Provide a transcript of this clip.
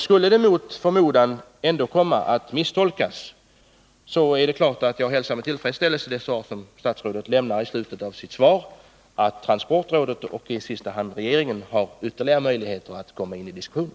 Skulle beslutet mot förmodan ändå komma att misstolkas, så är det klart att jag med tillfredsställelse noterar det besked som statsrådet ger i slutet av sitt svar, nämligen att transportrådet och i sista hand regeringen har ytterligare möjligheter att komma in i diskussionen.